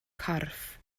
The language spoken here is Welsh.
corff